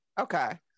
okay